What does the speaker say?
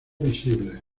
visibles